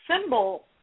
symbol